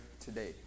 today